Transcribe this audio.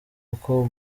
uko